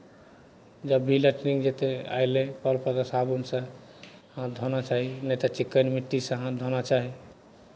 जब भी लेट्रिंग जेतै अयलै कलपर सँ साबुनसँ हाथ धोना चाही नहि तऽ चिक्कन मिट्टीसँ हाथ धोना चाही